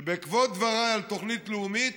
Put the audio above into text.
שבעקבות דבריי על תוכנית לאומית